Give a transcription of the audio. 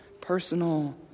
personal